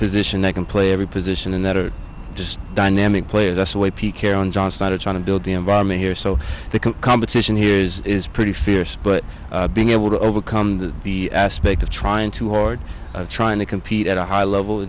position they can play every position and that are just dynamic players that's the way p k on john started trying to build the environment here so the competition here is is pretty fierce but being able to overcome that the aspect of trying too hard trying to compete at a high level